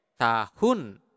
Tahun